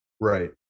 Right